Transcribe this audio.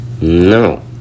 no